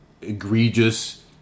egregious